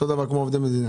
כמו לעובדי מדינה.